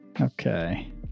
Okay